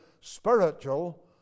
spiritual